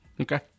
Okay